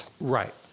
Right